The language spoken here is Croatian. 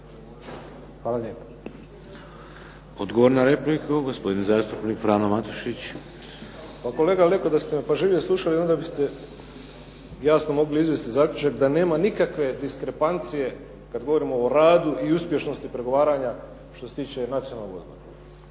(HDZ)** Odgovor na repliku, gospodin zastupnik Frano Matušić. **Matušić, Frano (HDZ)** Pa kolega Leko, da ste me pažljivije slušali, onda biste jasno mogli izvesti zaključak da nema nikakve diskrepancije kada govorimo o radu i uspješnosti pregovaranja što se tiče nacionalnog odbora,